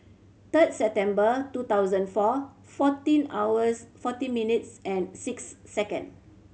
third September two thousand and four fourteen hours forty minutes and six second